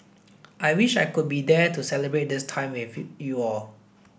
I wish I could be there to celebrate this time with you all